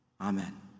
Amen